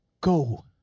Go